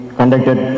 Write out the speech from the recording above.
conducted